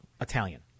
Italian